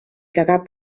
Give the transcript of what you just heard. cagar